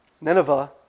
Nineveh